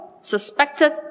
suspected